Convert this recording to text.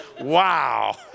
Wow